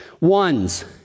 ones